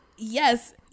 yes